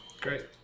Great